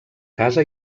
casa